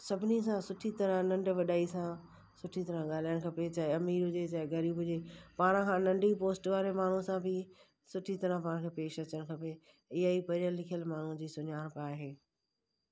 सभिनी सां सुठी तरह नंढ वॾाई सां सुठी तरह ॻाल्हाइण खपे चाहे अमीर हुजे चाहे ग़रीब हुजे पाण खां नंढी पोस्ट वारे माण्हूअ सां बि सुठी तरह पाण पेश अचणु खपे इहा ई पढ़ियलु लिखियलु माण्हूअ जी सुञाणप आहे